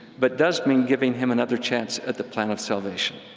but does mean giving him another chance at the plan of salvation.